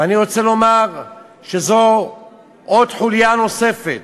ואני רוצה לומר שזו עוד חוליה נוספת